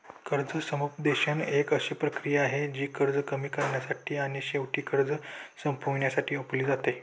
कर्ज समुपदेशन एक अशी प्रक्रिया आहे, जी कर्ज कमी करण्यासाठी आणि शेवटी कर्ज संपवण्यासाठी वापरली जाते